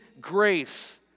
grace